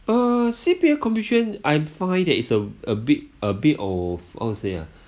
uh C_P_F condition I'm fine that is a a bit a bit of how to say ah